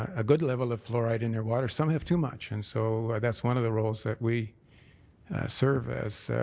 a good level of fluoride in their water. some have too much. and so that's one of the roles that we serve as